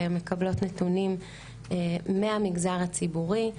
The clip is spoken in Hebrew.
מקבלות נתונים מהמגזר הציבורי,